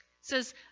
says